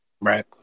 Right